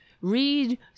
Read